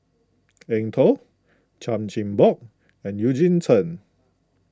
Eng Tow Chan Chin Bock and Eugene Chen